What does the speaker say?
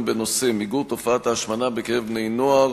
בנושא: מיגור תופעת ההשמנה בקרב בני-נוער,